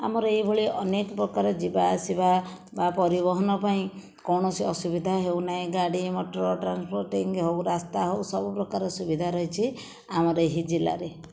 ଆମର ଏହି ଭଳି ଅନେକ ପ୍ରକାର ଯିବା ଆସିବା ବା ପରିବହନ ପାଇଁ କୌଣସି ଅସୁବିଧା ହେଉନାହିଁ ଗାଡ଼ି ମୋଟର ଟ୍ରାନ୍ସପୋର୍ଟିଂ ହେଉ ରାସ୍ତା ହେଉ ସବୁପ୍ରକାର ସୁବିଧା ରହିଛି ଆମର ଏହି ଜିଲ୍ଲାରେ